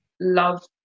love